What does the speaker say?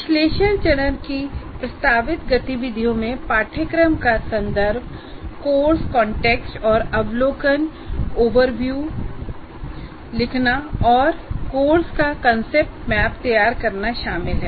विश्लेषण चरण की प्रस्तावित गतिविधियों में पाठ्यक्रम का संदर्भ कोर्स context और अवलोकनओवरव्यू लिखना और कोर्स का कांसेप्ट मैप तैयार करना शामिल है